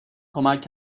کمک